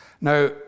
Now